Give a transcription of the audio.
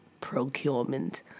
procurement